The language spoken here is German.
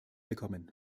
bekommen